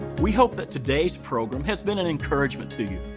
we hope that today's program has been an encouragement to you.